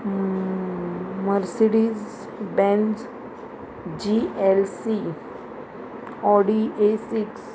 M Mercedes Benz G L C Audi A six